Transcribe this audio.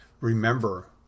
remember